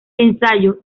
ensayo